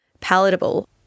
palatable